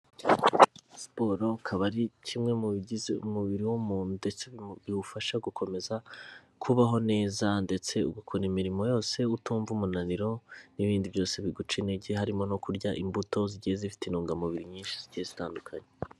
Siporo ikaba ari kimwe mu bigize umubiri w'umuntu ndetse biwufasha gukomeza kubaho neza ndetse ugakora imirimo yose utumva umunaniro n'ibindi byose biguca intege, harimo no kurya imbuto zigiye zifite intungamubiri nyinshi zigiye zitandukanye.